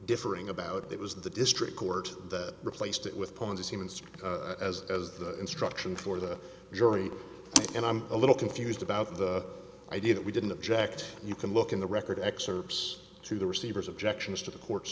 differing about it was the district court that replaced it with ponies humans as as the instruction for the jury and i'm a little confused about the idea that we didn't object you can look in the record excerpts to the receivers objections to the court